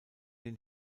den